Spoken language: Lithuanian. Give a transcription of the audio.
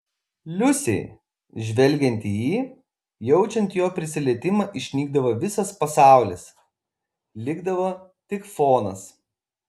liusei žvelgiant į jį jaučiant jo prisilietimą išnykdavo visas pasaulis likdavo tik fonas